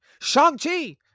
Shang-Chi